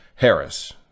Harris